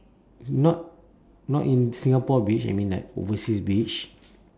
not not in Singapore beach I mean like overseas beach